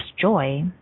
joy